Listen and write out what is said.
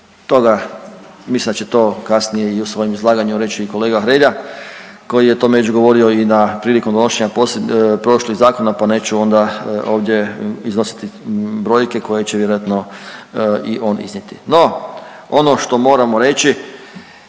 Toga, mislim da će to kasnije i u svojem izlaganju reći i kolega Hrelja koji je o tome već govorio i na prilikom donošenja prošlih zakona pa neću onda ovdje iznositi brojke koje će vjerojatno i on iznijeti. No, ono što moramo reći